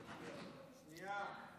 שנייה.